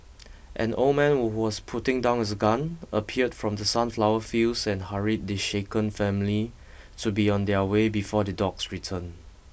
an old man who was putting down his gun appeared from the sunflower fields and hurried the shaken family to be on their way before the dogs return